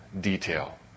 detail